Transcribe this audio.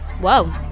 Whoa